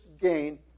gain